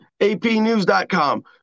APnews.com